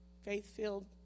faith-filled